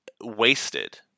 wasted